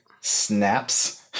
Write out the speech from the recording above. snaps